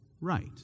right